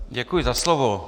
Děkuji za slovo.